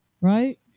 Right